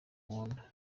nkunda